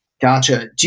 Gotcha